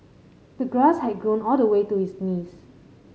the grass had grown all the way to his knees